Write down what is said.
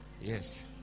yes